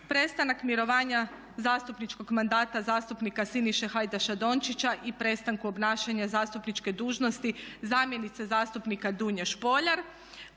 Prestanak mirovanja zastupničkog mandata zastupnika Siniše Hajdaša-Dončića i prestanku obnašanja zastupničke dužnosti zamjenice zastupnika Dunje Špoljar.